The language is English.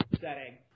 setting